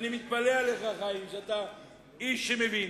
ואני מתפלא עליך, חיים, אתה איש שמבין.